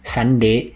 Sunday